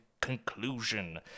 conclusion